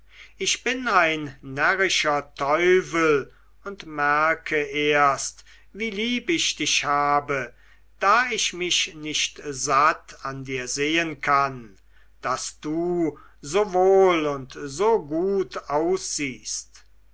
ich bin ein närrischer teufel und merke erst wie lieb ich dich habe da ich mich nicht satt an dir sehen kann daß du so wohl und so gut aussiehst